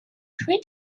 three